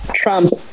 Trump